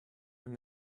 and